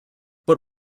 but